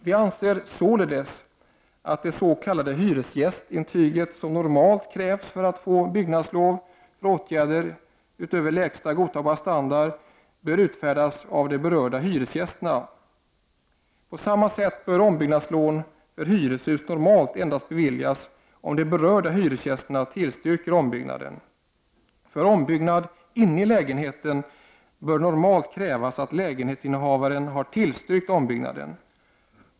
Vi anser således att det s.k. hyresgästintyget, som normalt krävs för att få byggnadslov för åtgärd utöver lägsta godtagbara standard, bör utfärdas av de berörda hyresgästerna. På samma sätt bör ombyggnadslån för hyreshus normalt endast beviljas om de berörda hyresgästerna tillstyrker ombyggnaden. För ombyggnad inne i lägenhet bör normalt krävas att lägenhetsinnehavaren har tillstyrkt ombyggnaden.